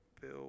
Bill